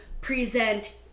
present